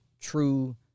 true